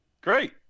Great